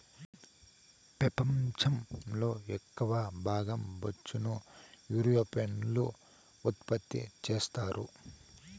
పెపంచం లో ఎక్కవ భాగం బొచ్చును యూరోపియన్లు ఉత్పత్తి చెత్తారు